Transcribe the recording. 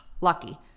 Lucky